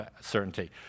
certainty